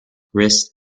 wrist